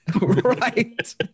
right